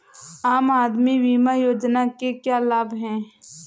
आम आदमी बीमा योजना के क्या लाभ हैं?